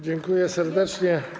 Dziękuję serdecznie.